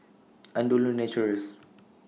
Andalou Naturals